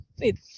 Wait